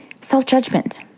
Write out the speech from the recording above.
self-judgment